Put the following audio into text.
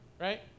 right